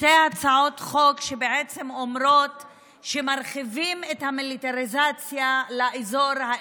שתי הצעות חוק שבעצם אומרות שמרחיבים את המיליטריזציה לאזור האזרחי,